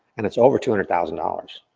and it's over two hundred thousand dollars.